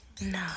No